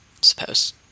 suppose